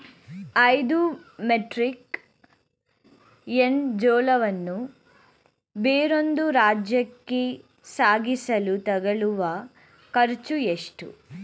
ಐದು metric ton ಜೋಳವನ್ನು ಬೇರೊಂದು ರಾಜ್ಯಕ್ಕೆ ಸಾಗಿಸಲು ತಗಲುವ ಖರ್ಚು ಎಷ್ಟು?